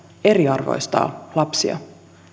eriarvoistaa lapsia